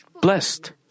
blessed